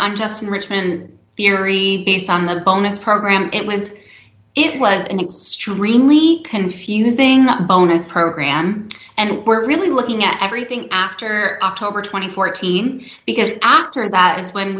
i'm just in richmond theory based on the bonus program it was it was an extremely confusing not bonus program and we're really looking at everything after october twenty four team because after that is when